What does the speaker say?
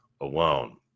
alone